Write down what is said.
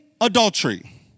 adultery